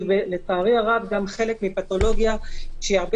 שלצערי הרב הוא גם חלק מפתולוגיה שהיא הרבה